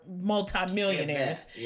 multimillionaires